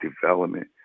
development